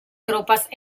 tropas